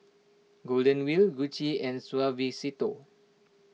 Golden Wheel Gucci and Suavecito